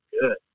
good